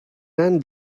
end